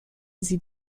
sie